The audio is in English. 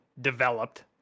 developed